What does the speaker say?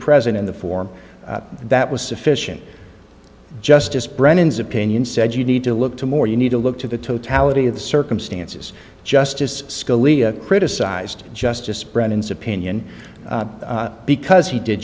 present in the form that was sufficient justice brennan's opinion said you need to look to more you need to look to the totality of the circumstances justice scalia criticized justice brennan sippin because he did